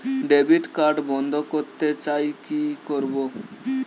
Debit card বন্ধ করতে চাই কি করব?